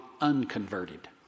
unconverted